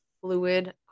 fluid